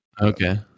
Okay